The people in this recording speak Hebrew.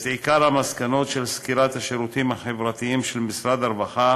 עיקר המסקנות של סקירת השירותים החברתיים של משרד הרווחה